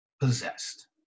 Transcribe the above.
possessed